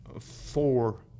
four